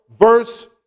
verse